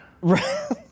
Right